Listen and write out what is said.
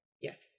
Yes